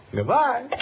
Goodbye